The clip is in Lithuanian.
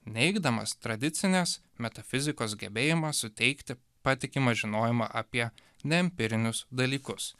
neigdamas tradicinės metafizikos gebėjimą suteikti patikimą žinojimą apie neempirinius dalykus